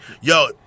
yo